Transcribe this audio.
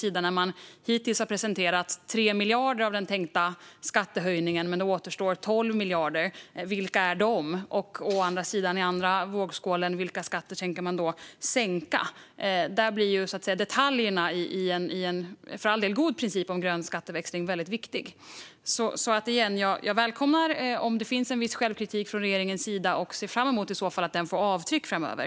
Hittills har man presenterat 3 miljarder av den tänkta skattehöjningen, men 12 miljarder återstår. Vilka är de? Och i den andra vågskålen finns: Vilka skatter tänker man sänka? Där blir detaljerna i en för all del god princip om grön skatteväxling viktiga. Återigen: Jag välkomnar om det finns viss självkritik från regeringen och ser i så fall fram emot att den ska ge avtryck framöver.